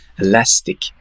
elastic